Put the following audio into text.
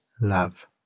love